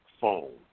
phone